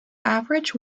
average